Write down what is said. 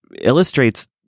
illustrates